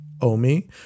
Omi